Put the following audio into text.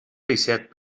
peixet